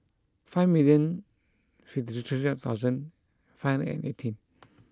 five million fifty three thousand five and eighteen